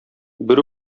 бер